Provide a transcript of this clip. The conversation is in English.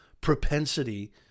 propensity